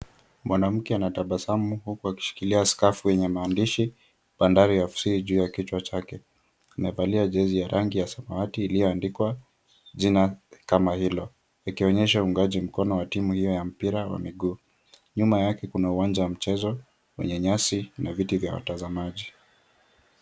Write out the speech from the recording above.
Mwanamke anatabasamu huku akishikilia skafu yenye maandishi Bandari FC juu ya kichwa chake. Amevalia jezi ya rangi ya samawati iliyoandikwa jina kama hilo, ikionyesha uungaji mkono wa timu hiyo ya mpira wa miguu. Nyuma yake kuna uwanja wa michezo wenye nyasi na viti vya watazamaji.